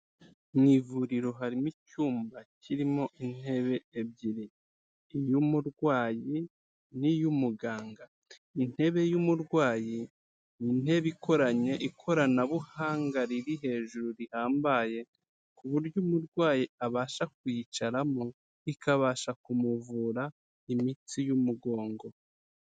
Mu ivuriro harimo icyumba kirimo intebe ebyiri, iy'umurwayi n'iy'umuganga, intebe y'umurwayi ni intebe ikoranye ikoranabuhanga riri hejuru rihambaye ku buryo umurwayi abasha kuyicaramo, ikabasha kumuvura imitsi y'umugongo.